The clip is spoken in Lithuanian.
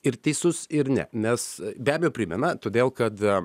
ir teisus ir ne nes be abejo primena todėl kad